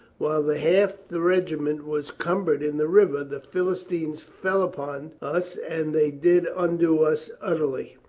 while the half the regiment was cumbered in the river, the philistines fell upon us and they did undo us utterly.